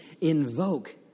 invoke